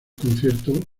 conciertos